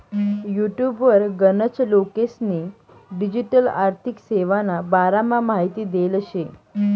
युटुबवर गनच लोकेस्नी डिजीटल आर्थिक सेवाना बारामा माहिती देल शे